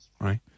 right